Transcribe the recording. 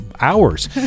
hours